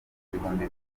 ibihumbi